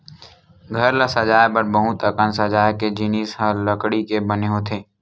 घर ल सजाए बर बहुत अकन सजाए के जिनिस ह लकड़ी के बने होथे